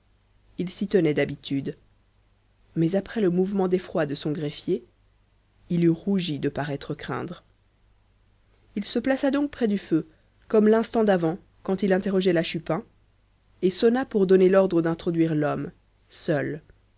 il s'y tenait d'habitude mais après le mouvement d'effroi de son greffier il eût rougi de paraître craindre il se plaça donc près du feu comme l'instant d'avant quand il interrogeait la chupin et sonna pour donner l'ordre d'introduire l'homme seul